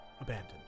abandoned